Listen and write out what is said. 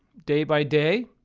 day by day.